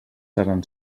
seran